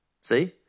See